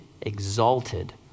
exalted